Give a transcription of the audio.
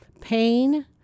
Pain